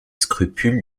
scrupules